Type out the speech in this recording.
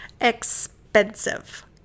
expensive